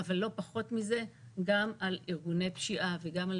אבל לא פחות מזה גם על ארגוני פשיעה וגם על